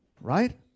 Right